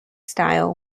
style